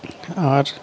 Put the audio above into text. আর